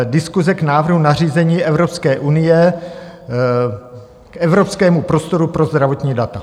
Diskuse k návrhu nařízení Evropské unie k Evropskému prostoru pro zdravotní data.